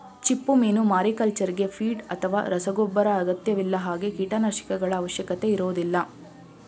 ಚಿಪ್ಪುಮೀನು ಮಾರಿಕಲ್ಚರ್ಗೆ ಫೀಡ್ ಅಥವಾ ರಸಗೊಬ್ಬರ ಅಗತ್ಯವಿಲ್ಲ ಹಾಗೆ ಕೀಟನಾಶಕಗಳ ಅವಶ್ಯಕತೆ ಇರೋದಿಲ್ಲ